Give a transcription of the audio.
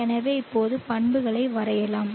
எனவே இப்போது பண்புகளை வரையலாம்